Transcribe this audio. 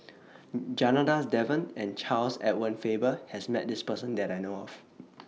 Janadas Devan and Charles Edward Faber has Met This Person that I know of